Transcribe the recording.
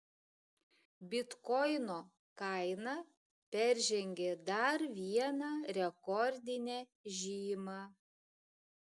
bitkoino kaina peržengė dar vieną rekordinę žymą